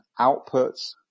outputs